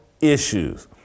issues